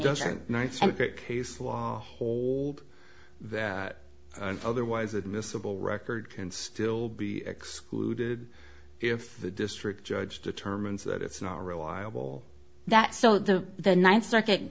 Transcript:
and case law hold that otherwise admissible record can still be excluded if the district judge determines that it's not reliable that so the the ninth circuit